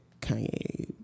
Kanye